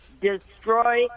Destroy